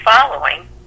following